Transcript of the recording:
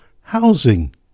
housing